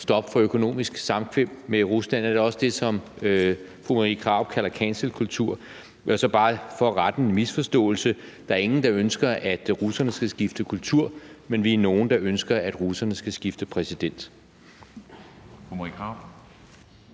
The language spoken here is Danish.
stop for økonomisk samkvem med Rusland? Er det også det, som fru Marie Krarup kalder for cancelkultur? Jeg vil så bare for at rette en misforståelse sige, at der er ingen, der ønsker, at russerne skal skifte kultur, men vi er nogle, der ønsker, at russerne skal skifte præsident. Kl.